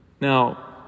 Now